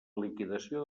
liquidació